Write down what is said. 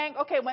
Okay